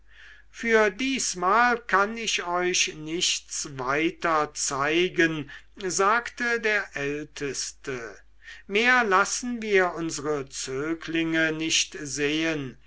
für diesmal kann ich euch weiter nichts zeigen sagte der älteste mehr lassen wir unsere zöglinge nicht sehen